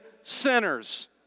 sinners